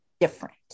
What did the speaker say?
different